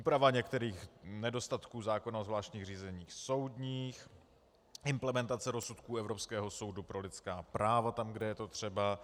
Úprava některých nedostatků zákona o zvláštních řízeních soudních, implementace rozsudků Evropského soudu pro lidská práva tam, kde je to třeba.